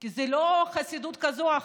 כי זה לא חסידות כזו או אחרת,